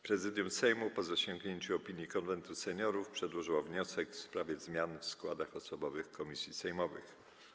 Prezydium Sejmu, po zasięgnięciu opinii Konwentu Seniorów, przedłożyło wniosek w sprawie zmian w składach osobowych komisji sejmowych.